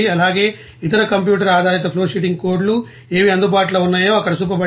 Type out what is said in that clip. అలాగే ఇతర కంప్యూటర్ ఆధారిత ఫ్లోషీటింగ్ కోడ్లు ఏవి అందుబాటులో ఉన్నాయో ఇక్కడ చూపబడింది